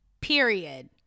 period